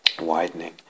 widening